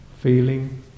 feeling